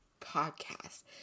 podcast